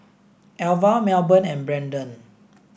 Alvah Melbourne and Brendan